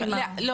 לא